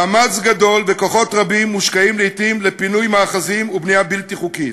מאמץ גדול וכוחות רבים מושקעים לעתים לפינוי מאחזים ובנייה בלתי חוקית.